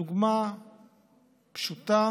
דוגמה פשוטה